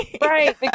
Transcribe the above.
Right